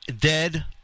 dead